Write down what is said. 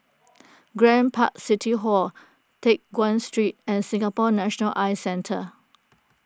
Grand Park City Hall Teck Guan Street and Singapore National Eye Centre